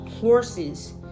Horses